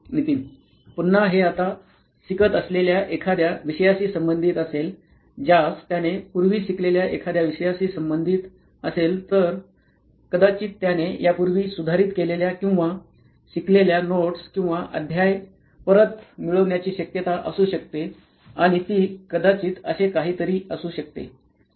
नितीन पुन्हा हे आता शिकत असलेल्या एखाद्या विषयाशी संबंधित असेल ज्यास त्याने पूर्वी शिकलेल्या एखाद्या विषयाशी संबंधित असेल तर कदाचित त्याने यापूर्वी सुधारित केलेल्या किंवा शिकलेल्या नोट्स किंवा अध्याय परत मिळवण्याची शक्यता असू शकते आणि ती कदाचित असे काहीतरी असू शकते